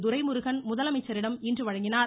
துரைமுருகன் முதலமைச்சரிடம் இன்று வழங்கினார்